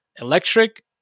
electric